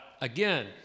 again